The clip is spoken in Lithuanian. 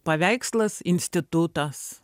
paveikslas institutas